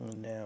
Now